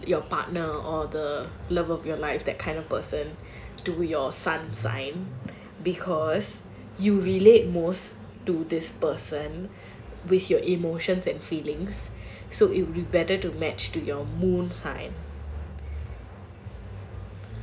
your partner or the love of your life that kind of person to your sun sign because you relate most to this person with your emotions and feelings so it'll be better to match to your moon sign